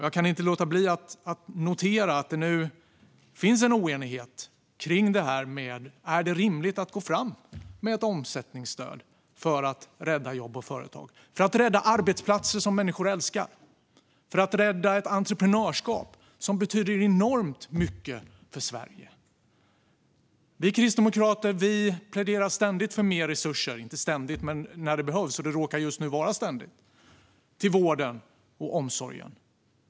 Jag kan inte låta bli att notera att det nu finns en oenighet kring frågan: Är det rimligt att gå fram med ett omsättningsstöd för att rädda jobb och företag, för att rädda arbetsplatser som människor älskar och för att rädda ett entreprenörskap som betyder enormt mycket för Sverige? Vi kristdemokrater pläderar ständigt för mer resurser - vi gör det inte ständigt men när det behövs, och det råkar just nu vara ständigt - till vården och omsorgen.